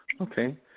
Okay